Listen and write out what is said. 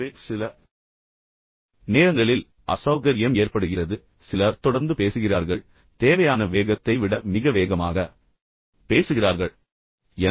எனவே சில நேரங்களில் அசௌகரியம் ஏற்படுகிறது சிலர் தொடர்ந்து பேசுகிறார்கள் ஆனால் தேவையான வேகத்தை விட மிக வேகமாக பேசுகிறார்கள்